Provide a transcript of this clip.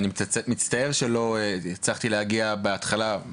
אני מצטער שלא הצלחתי להגיע בהתחלה.